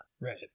right